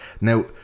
Now